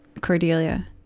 Cordelia